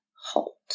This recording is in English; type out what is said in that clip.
halt